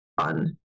fun